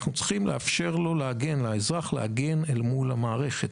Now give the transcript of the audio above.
אנחנו צריכים לאפשר לאזרח להגן אל מול המערכת.